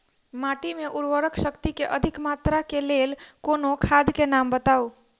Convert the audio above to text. माटि मे उर्वरक शक्ति केँ अधिक मात्रा केँ लेल कोनो खाद केँ नाम बताऊ?